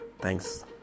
Thanks